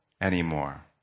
anymore